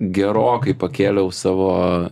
gerokai pakėliau savo